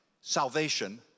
salvation